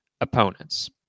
opponents